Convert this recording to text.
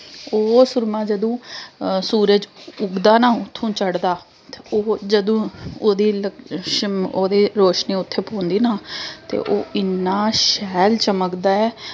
ओह् सुरमा जदूं सूरज उग्गदा ना उत्थूं चढ़दा ते ओह् जदूं ओह्दी ओह्दी रोशनी उत्थें पौंदी ना ते ओह् इन्ना शैल चमकदा ऐ